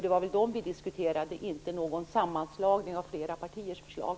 Det var väl dem vi diskuterade och inte någon sammanslagning av flera partiers förslag?